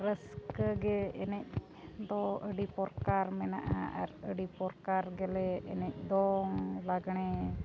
ᱨᱟᱹᱥᱠᱟᱹ ᱜᱮ ᱮᱱᱮᱡ ᱫᱚ ᱟᱹᱰᱤ ᱯᱨᱚᱠᱟᱨ ᱢᱮᱱᱟᱜᱼᱟ ᱟᱨᱟᱹᱰᱤ ᱯᱨᱚᱠᱟᱨ ᱜᱮᱞᱮ ᱮᱱᱮᱡ ᱫᱚᱝ ᱞᱟᱜᱽᱬᱮ